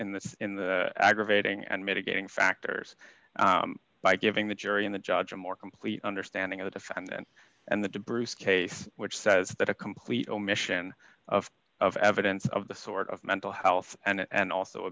in the aggravating and mitigating factors by giving the jury and the judge a more complete understanding of the defendant and the de bruce case which says that a complete omission of of evidence of the sort of mental health and a